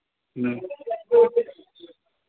ह्म्म